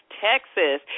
Texas